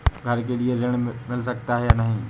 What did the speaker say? घर के लिए ऋण मिल सकता है या नहीं?